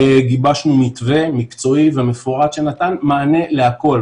גיבשנו מתווה מקצועי ומפורט שנתן מענה לכול,